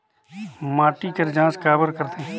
माटी कर जांच काबर करथे?